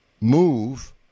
move